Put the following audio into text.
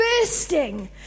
bursting